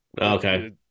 Okay